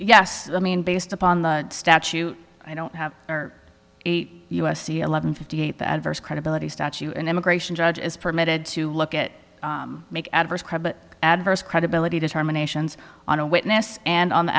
yes i mean based upon the statute i don't have eight u s c eleven fifty eight the adverse credibility statue an immigration judge is permitted to look at make adverse credit adverse credibility determinations on a witness and on the